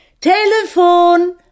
Telefon